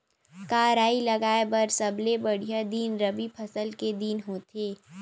का राई लगाय बर सबले बढ़िया दिन रबी फसल के दिन होथे का?